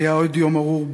היה עוד יום ארור,